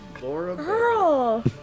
Girl